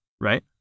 right